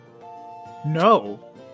No